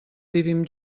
vivim